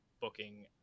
booking